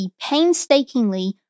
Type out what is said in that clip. painstakingly